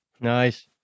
Nice